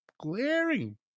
glaring